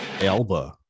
elba